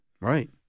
Right